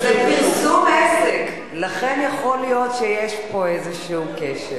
זה פרסום עסק, לכן יכול להיות שיש פה איזה קשר.